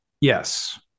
yes